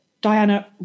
Diana